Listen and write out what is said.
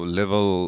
level